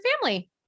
family